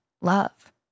love